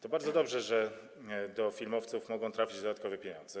To bardzo dobrze, że do filmowców mogą trafić dodatkowe pieniądze.